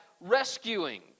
rescuing